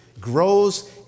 grows